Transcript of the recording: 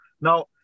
Now